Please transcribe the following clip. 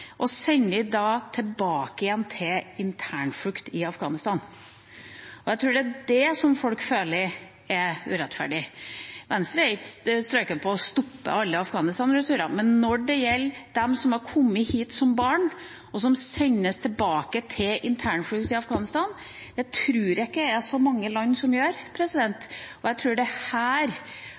tilbake igjen til internflukt i Afghanistan? Jeg tror det er det folk føler er urettferdig. Venstre er ikke strøken på å stoppe alle Afghanistan-returer, men når det gjelder dem som har kommet hit som barn, og som sendes tilbake til internflukt i Afghanistan, tror jeg ikke det er så mange land som gjør det. Jeg tror det er her